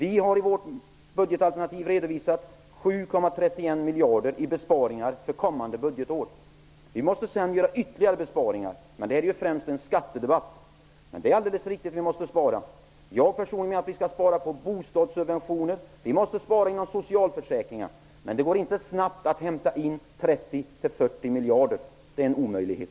I vårt budgetalternativ har vi redovisat 7,31 miljarder i besparingar för kommande budgetår. Sedan måste vi göra ytterligare besparingar, men det här är ju främst en skattedebatt. Det är alldeles riktigt att vi måste spara. Vi måste spara på bostadssubventioner och inom socialförsäkringen, men det går inte snabbt att hämta in 30-40 miljarder. Det är en omöjlighet.